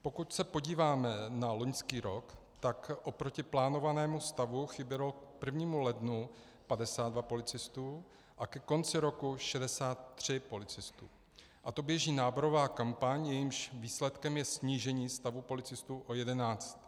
Pokud se podíváme na loňský rok, tak oproti plánovanému stavu chybělo k 1. lednu 52 policistů a ke konci roku 63 policistů, a to běží náborová kampaň, jejímž výsledkem je snížení stavu policistů o 11.